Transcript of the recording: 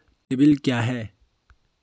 CIBIL क्या है?